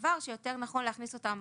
סבר שלומי שיותר נכון להכניס אותם